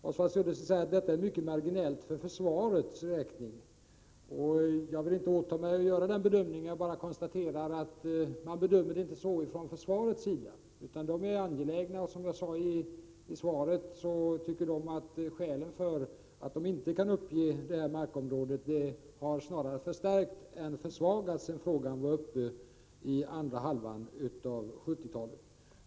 Oswald Söderqvist säger att det här är av mycket marginell betydelse för försvaret. Jag vill inte göra någon bedömning i det avseendet. Jag konstaterar bara att man inte gör samma bedömning från försvarets sida utan är angelägen om att få behålla sin mark. Man tycker, som jag sade i svaret, att skälen för att inte avstå från det aktuella markområdet snarare har förstärkts — alltså inte försvagats — sedan frågan var uppe till diskussion under andra hälften av 1970-talet.